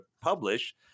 publish